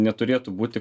neturėtų būti